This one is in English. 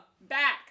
back